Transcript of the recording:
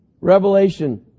Revelation